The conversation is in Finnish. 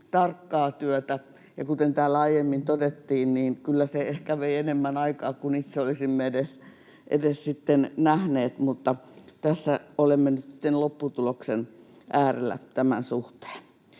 ja kuten täällä aiemmin todettiin, niin kyllä se ehkä vei enemmän aikaa kuin itse olisimme edes nähneet, mutta tässä olemme nyt sitten lopputuloksen äärellä tämän suhteen.